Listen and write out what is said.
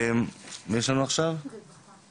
משרד הרווחה בבקשה.